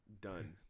done